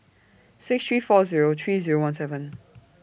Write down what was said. six three four Zero three Zero one seven